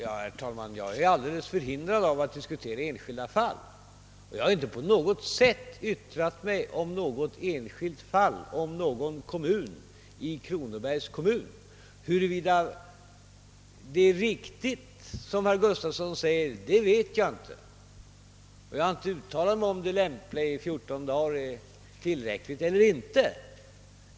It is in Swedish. Herr talman! Jag är helt förhindrad att diskutera enskilda fall, och jag har inte på något sätt yttrat mig om något enskilt fall, om någon kommun i Kronobergs län. Huruvida det är riktigt som herr Gustavsson i Alvesta säger vet jag inte, och jag har inte uttalat mig om huruvida 14 dagar är tillräckligt eller inte.